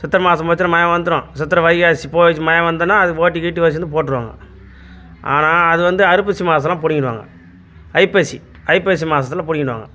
சித்திரை மாதம் போச்சின்னால் மழை வந்துடும் சித்திரை வைகாசி போய் மழை வந்துதுன்னால் அது ஓட்டி கீட்டி வச்சிருந்து போட்டுருவாங்க ஆனால் அது வந்து அர்ப்பசி மாதம்லாம் பிடுங்கிடுவாங்க ஐப்பசி ஐப்பசி மாதத்துல பிடுங்கிடுவாங்க